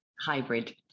hybrid